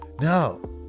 No